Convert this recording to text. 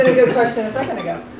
and good question a second ago.